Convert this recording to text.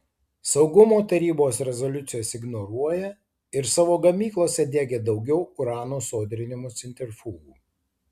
saugumo tarybos rezoliucijas ignoruoja ir savo gamyklose diegia daugiau urano sodrinimo centrifugų